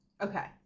Okay